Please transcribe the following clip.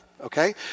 okay